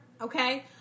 okay